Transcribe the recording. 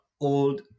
old